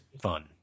fun